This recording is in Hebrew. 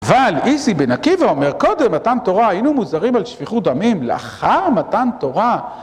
אבל איסי בן עקיבא אומר, קודם מתן תורה היינו מוזרים על שפיכות דמים, לאחר מתן תורה